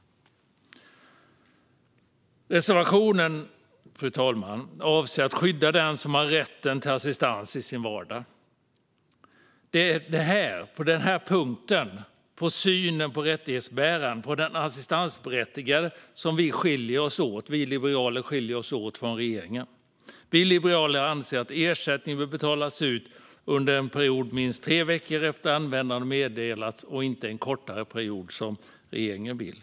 Reservationen syftar till att skydda den som har rätten till assistans i sin vardag, fru talman. Det är på den punkten - i synen på den rättighetsbärande, alltså den assistansberättigade - som vi liberaler skiljer oss från regeringen. Vi liberaler anser att ersättning bör betalas ut under en period på minst tre veckor efter att användaren har meddelats och inte under en kortare period, som regeringen vill.